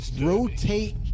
rotate